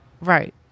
right